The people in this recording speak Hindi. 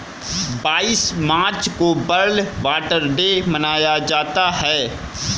बाईस मार्च को वर्ल्ड वाटर डे मनाया जाता है